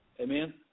Amen